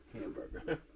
hamburger